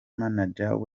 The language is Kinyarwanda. manager